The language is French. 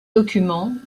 documents